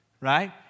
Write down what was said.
right